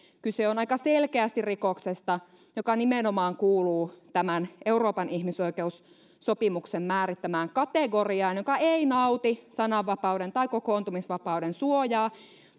kyse on aika selkeästi rikoksesta joka nimenomaan kuuluu tämän euroopan ihmisoikeussopimuksen määrittämään kategoriaan joka ei nauti sananvapauden tai kokoontumisvapauden suojaa